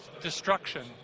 destruction